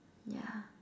yeah